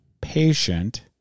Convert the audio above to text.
patient